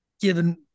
given